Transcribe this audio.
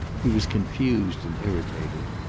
he was confused and irritated.